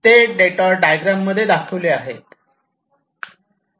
ते detour diagram मध्ये दाखविले आहेत